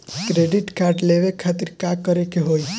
Credit card लेवे खातिर का करे के होई?